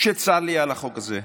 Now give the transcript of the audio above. שצר לי על החוק הזה.